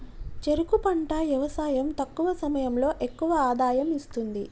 చెరుకు పంట యవసాయం తక్కువ సమయంలో ఎక్కువ ఆదాయం ఇస్తుంది